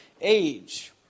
age